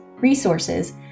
resources